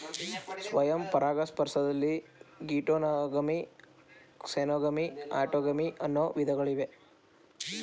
ಸ್ವಯಂ ಪರಾಗಸ್ಪರ್ಶದಲ್ಲಿ geitonogamy, xenogamy, autogamy ಅನ್ನೂ ವಿಧಗಳಿವೆ